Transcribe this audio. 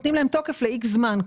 נותנים להם תוקף לאיקס זמן.